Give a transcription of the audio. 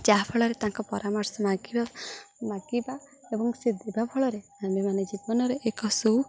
ଯାହାଫଳରେ ତାଙ୍କ ପରାମର୍ଶ ମାଗିବା ମାଗିବା ଏବଂ ସେ ଦେବା ଫଳରେ ଆମେମାନ ଜୀବନରେ ଏକ ସୁ